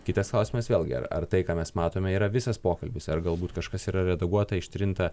kitas klausimas vėlgi ar ar tai ką mes matome yra visas pokalbis ar galbūt kažkas yra redaguota ištrinta